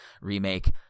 remake